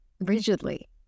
rigidly